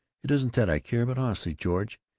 it isn't that i care, but honestly, george,